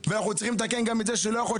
ואנחנו צריכים לתקן גם את זה שלא יכול להיות